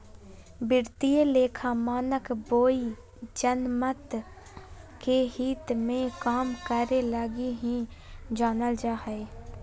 वित्तीय लेखा मानक बोर्ड जनमत के हित मे काम करे लगी ही जानल जा हय